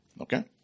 Okay